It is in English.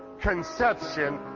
conception